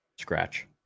scratch